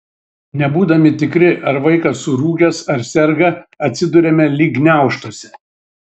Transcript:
nebūdami tikri ar vaikas surūgęs ar serga atsiduriame lyg gniaužtuose